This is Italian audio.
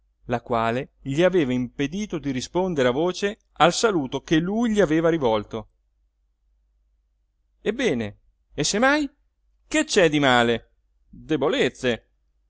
la quale gli aveva impedito di rispondere a voce al saluto che lui gli aveva rivolto ebbene e se mai che c'è di male debolezze